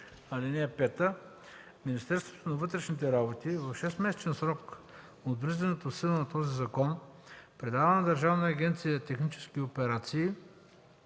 закон. (5) Министерството на вътрешните работи в 6-месечен срок от влизането в сила на този закон предава на Държавна агенция „Технически операции”